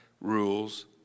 rules